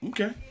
Okay